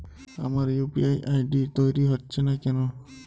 আমার UPI ID তৈরি হচ্ছে না কেনো?